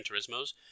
Turismo's